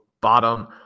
bottom